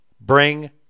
Bring